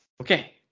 Okay